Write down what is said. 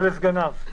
ולסגניו.